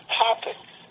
topics